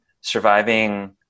surviving